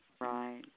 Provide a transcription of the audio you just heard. Right